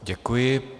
Děkuji.